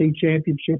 championship